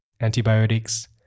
antibiotics